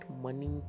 money